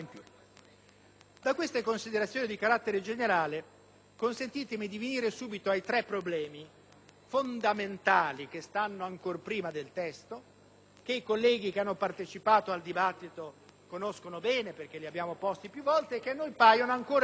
Da queste considerazioni di carattere generale consentitemi di venire subito ai tre problemi fondamentali, preliminari rispetto al testo, che i colleghi che hanno partecipato al dibattito conoscono bene, perché li abbiamo posti più volte e che a noi paiono ancora irrisolti